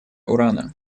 урана